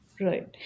Right